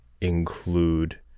include